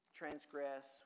transgress